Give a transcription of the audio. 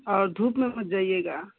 और धूप में मत जाइएगा